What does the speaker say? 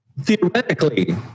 theoretically